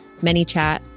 ManyChat